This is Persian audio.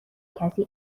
کسی